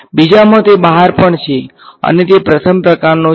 બીજામાં તે બહાર પણ છે અને તે પ્રથમ પ્રકારનો છે